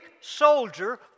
soldier